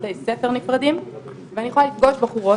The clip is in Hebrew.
בתי ספר נפרדים ואני יכולה לפגוש בחורות